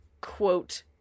quote